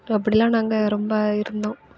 அப்படிலாம் நாங்கள் ரொம்ப இருந்தோம்